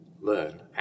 learn